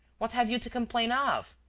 what have you to complain of?